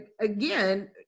again